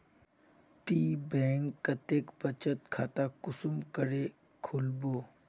ती बैंक कतेक बचत खाता कुंसम करे खोलबो?